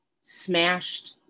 smashed